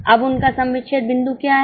अब उनका सम विच्छेद बिंदु क्या है